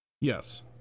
Yes